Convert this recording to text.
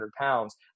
pounds